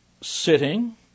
sitting